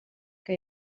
que